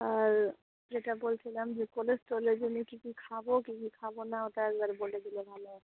আর যেটা বলছিলাম যে কোলেস্ট্রলের জন্যে কী কী খাবো কী কী খাবো না ওটা একবার বলে দিলে ভালো হয়